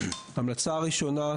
המלצה ראשונה,